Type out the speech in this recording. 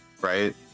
right